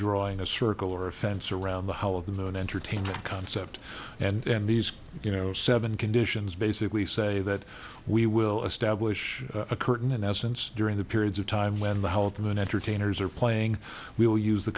drawing a circle or a fence around the hall of the moon entertainment concept and these you know seven conditions basically say that we will establish a curtain in essence during the periods of time when the health and entertainers are playing we will use the